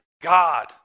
God